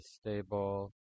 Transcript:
stable